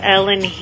Ellen